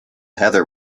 heather